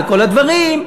וכל הדברים,